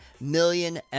million